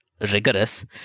rigorous